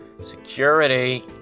Security